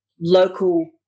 local